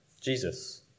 Jesus